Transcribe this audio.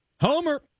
Homer